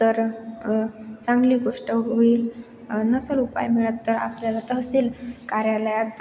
तर चांगली गोष्ट होईल नसेल उपाय मिळत तर आपल्याला तहसील कार्यालयात